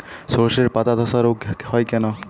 শর্ষের পাতাধসা রোগ হয় কেন?